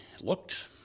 looked